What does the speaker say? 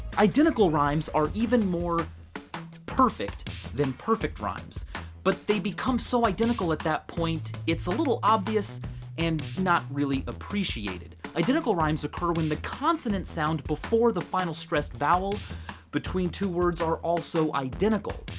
identical rhymes are even more perfect than perfect rhymes but they become so identical at that point it's a little obvious and not really appreciated. identical rhymes occur when the consonant sound before the final stressed vowel between two words are also identical.